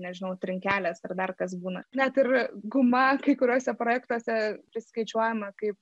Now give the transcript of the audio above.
nežinau trinkelės ar dar kas būna net ir guma kai kuriuose projektuose priskaičiuojama kaip